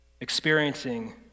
experiencing